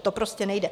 To prostě nejde.